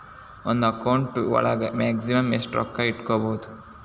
ಒಂದು ಅಕೌಂಟ್ ಒಳಗ ಮ್ಯಾಕ್ಸಿಮಮ್ ಎಷ್ಟು ರೊಕ್ಕ ಇಟ್ಕೋಬಹುದು?